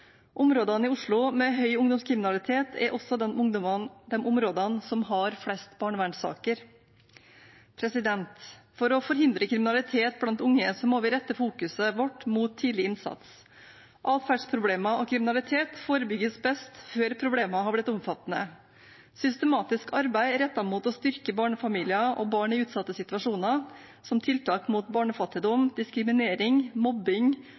Områdene i Oslo med høy ungdomskriminalitet er også de områdene som har flest barnevernssaker. For å forhindre kriminalitet blant unge må vi rette fokuset vårt mot tidlig innsats. Atferdsproblemer og kriminalitet forebygges best før problemene har blitt omfattende. Systematisk arbeid rettet mot å styrke barnefamilier og barn i utsatte situasjoner, som tiltak mot barnefattigdom, diskriminering, mobbing,